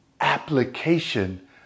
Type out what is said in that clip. application